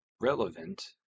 relevant